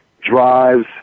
drives